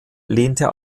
lehnte